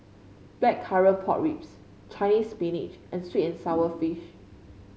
Blackcurrant Pork Ribs Chinese Spinach and sweet and sour fish